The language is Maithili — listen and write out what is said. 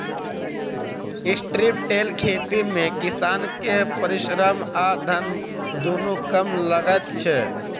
स्ट्रिप टिल खेती मे किसान के परिश्रम आ धन दुनू कम लगैत छै